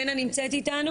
אני רוצה עוד שאלה אחת.